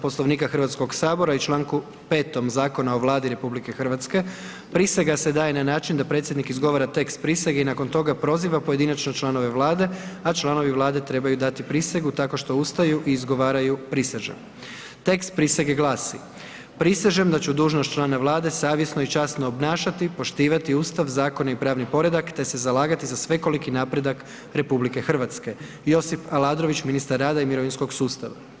Poslovnika Hrvatskog sabora i članku 5. zakon o Vladi RH, prisega se daje na način da predsjednik izgovara tekst prisege i nakon toga proziva pojedinačno članove Vlade a članovi Vlade trebaju dati prisegu tako što ustaju i izgovaraju „prisežem.“ Tekst prisege glasi: „Prisežem ću dužnost člana Vlade savjesno i časno obnašati, poštivati Ustav, zakone i pravni predak te se zalagati za svekoliki napredak RH.“ Josip Aladrović, ministar rada i mirovinskog sustava.